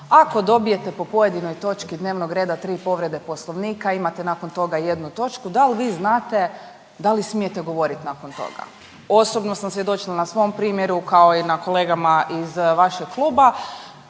ako dobijete po pojedinoj točki dnevno reda 3 povrede Poslovnika imate nakon jednu točku, da li vi znate da li smijete govoriti nakon toga. Osobno sam svjedočila na svom primjeru kao i na kolegama iz vašeg kluba